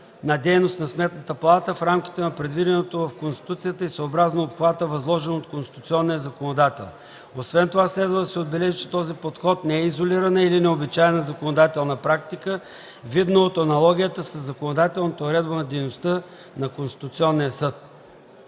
за дейност на Сметната палата, в рамките на предвиденото в Конституцията и съобразно обхвата, възложен от конституционния законодател. Освен това, следва да се отбележи, че този подход не е изолирана или необичайна законодателна практика, видно от аналогията със законодателната уредба на дейността на Конституционния съд.